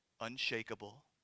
unshakable